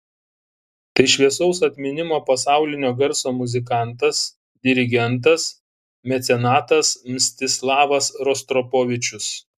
tai šviesaus atminimo pasaulinio garso muzikantas dirigentas mecenatas mstislavas rostropovičius